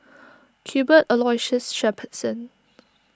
Cuthbert Aloysius Shepherdson